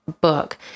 book